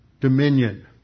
dominion